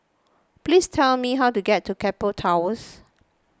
please tell me how to get to Keppel Towers